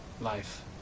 life